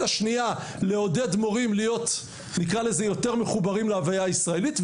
השנייה לעודד מורים להיות יותר מחוברים להוויה הישראלית.